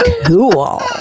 Cool